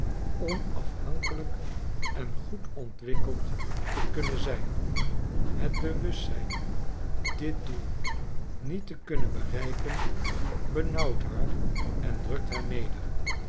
onafhankelijk en goed ontwikkeld te kunnen zijn het bewustzijn dit doel niet te kunnen bereiken benauwt haar en drukt haar neder